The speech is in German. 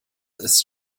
ist